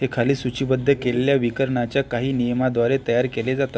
हे खाली सूचीबद्ध केलेल्या विकरणाच्या काही नियमाद्वारे तयार केले जातात